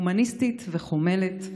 הומניסטית וחומלת.